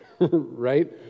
right